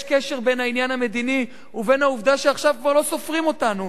יש קשר בין העניין המדיני ובין העובדה שעכשיו כבר לא סופרים אותנו.